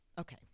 okay